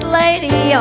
lady